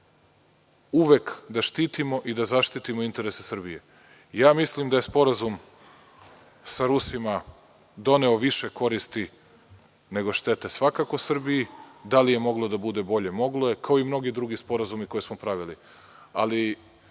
uvek da štitimo i da zaštitimo interese Srbije. Mislim da je Sporazum sa Rusima doneo više koristi, nego štete svakako Srbiji. Da li je moglo da bude bolje? Moglo je, kao i mnogi drugi sporazumi koje smo pravili,